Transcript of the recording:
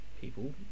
people